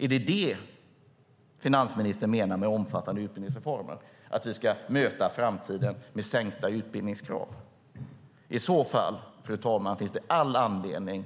Är det detta finansministern menar med omfattande utbildningsreformer, att vi ska möta framtiden med sänkta utbildningskrav? I så fall, fru talman, finns det all anledning